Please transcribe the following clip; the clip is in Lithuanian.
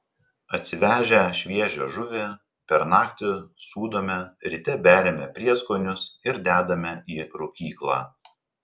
atsivežę šviežią žuvį per naktį sūdome ryte beriame prieskonius ir dedame į rūkyklą